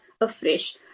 afresh